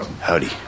Howdy